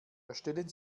erstellen